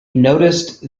noticed